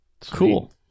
Cool